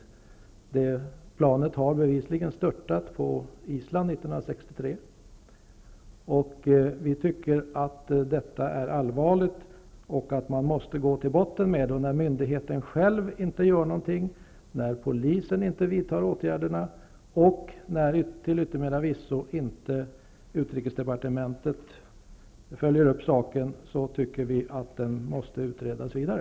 Ett sådant plan har bevisligen störtat på Island år 1963. Vi anser att detta är allvarligt och att man måste gå till botten med frågan. När myndigheten själv inte gör någonting, när polisen inte vidtar några åtgärder och när till yttermera visso utrikesdepartementet inte följer upp saken, måste frågan utredas vidare.